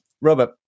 Robert